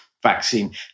Vaccine